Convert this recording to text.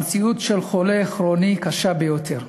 המציאות של חולה כרוני היא קשה ביותר.